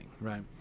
right